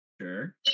Sure